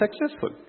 successful